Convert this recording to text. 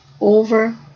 over